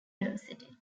university